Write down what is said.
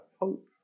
hope